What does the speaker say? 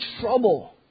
trouble